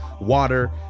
water